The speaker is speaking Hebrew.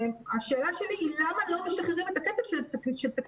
השאלה שלי היא למה לא משחררים את הכסף של תקציב